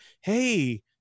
Hey